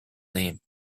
name